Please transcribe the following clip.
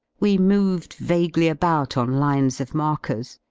we moved vaguely about on lines of markers,